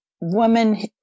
woman